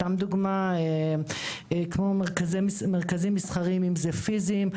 כמו מרכזים מסחריים,